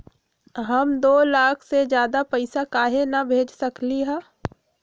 हम दो लाख से ज्यादा पैसा काहे न भेज सकली ह?